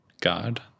God